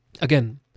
Again